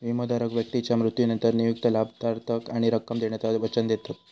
विमोधारक व्यक्तीच्या मृत्यूनंतर नियुक्त लाभार्थाक काही रक्कम देण्याचा वचन देतत